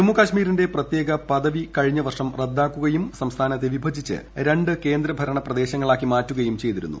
ജമ്മു കശ്മീരിന്റെ പ്രത്യേക പദവി കഴിഞ്ഞ വർഷം റദ്ദാക്കുകയും സംസ്ഥാനത്തെ വിഭജിച്ച് രണ്ട് കേന്ദ്ര ഭരണ പ്രദേശങ്ങളാക്കി മാറ്റുകയും ചെയ്തിരുന്നു